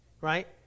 right